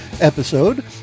episode